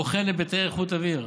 הבוחן היבטי איכות אוויר,